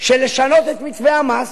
לשנות את מתווה המס,